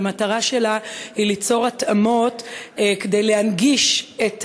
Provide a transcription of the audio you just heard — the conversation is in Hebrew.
והמטרה שלה היא ליצור התאמות כדי להנגיש את